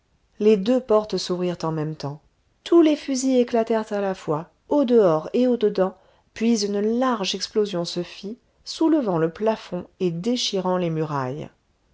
les deux portes s'ouvrirent en même temps tous les fusils éclatèrent à la fois au dehors et au dedans puis une large explosion se fit soulevant le plafond et déchirant les murailles